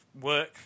work